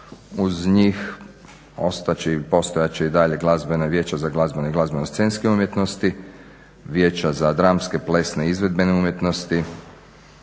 će i postojat će i dalje glazbena vijeća za glazbenu i glazbeno-scenske umjetnosti, vijeća za dramske, plesne i izvedbene umjetnosti,